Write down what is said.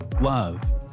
love